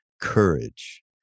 courage